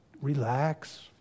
Relax